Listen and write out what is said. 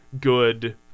good